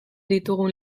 ditugun